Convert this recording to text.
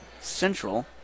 Central